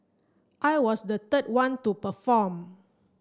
I was the third one to perform